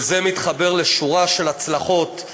וזה מתחבר לשורה של הצלחות: